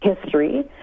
history